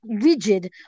rigid